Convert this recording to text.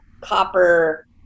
copper